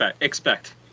expect